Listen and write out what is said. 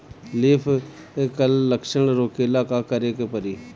Leaf curl लक्षण रोकेला का करे के परी?